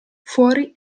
fuori